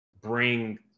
bring